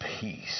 peace